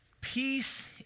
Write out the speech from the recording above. Peace